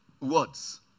words